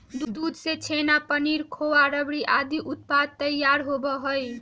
दूध से छेना, पनीर, खोआ, रबड़ी आदि उत्पाद तैयार होबा हई